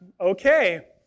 okay